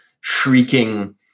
shrieking